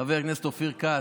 חבר הכנסת אופיר כץ,